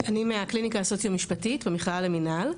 אני מהקליניקה הסוציו-משפטית במכללה למינהל.